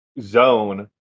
zone